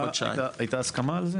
הייתה הסכמה על זה?